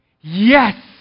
yes